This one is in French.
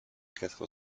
quatre